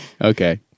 Okay